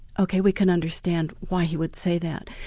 ok, we can understand why he would say that,